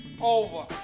Over